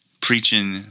preaching